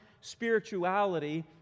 spirituality